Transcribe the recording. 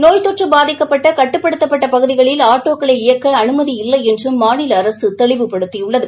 நோய் தொற்று பாதிக்கப்பட்ட கட்டுப்படுத்தப்பட்ட பகுதிகளில் ஆட்டோக்களை இயக்க அனுமதி இல்லை என்றும் மாநில அரசு தெளிவுபடுத்தியுள்ளது